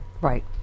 right